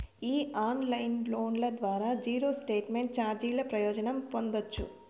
ఈ ఆన్లైన్ లోన్ల ద్వారా జీరో స్టేట్మెంట్ చార్జీల ప్రయోజనం పొందచ్చు